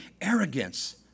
Arrogance